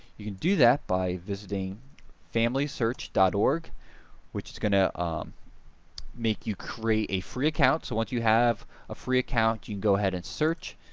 you can do that by visiting family search dot org which is going to make you create a free account. so once you have a free account you can go ahead and search.